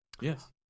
Yes